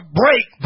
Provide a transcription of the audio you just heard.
break